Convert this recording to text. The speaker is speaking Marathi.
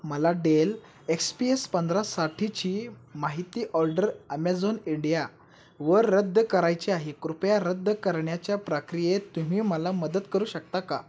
मला डेल एक्स पी एस पंधरासाठीची माहिती ऑर्डर आमेझॉन इंडिया वर रद्द करायची आहे कृपया रद्द करण्याच्या प्रक्रियेत तुम्ही मला मदत करू शकता का